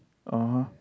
(uh huh)